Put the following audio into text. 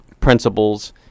principles